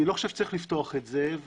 אני לא חושב שצריך לפתוח את זה,